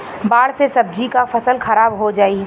बाढ़ से सब्जी क फसल खराब हो जाई